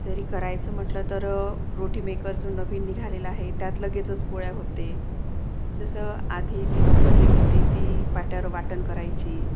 जरी करायचं म्हटलं तर रोटीमेकर जो नवीन निघालेला आहे त्यात लगेचच पोळ्या होते जसं आधीची लोकं जे होती ती पाट्यावर वाटण करायची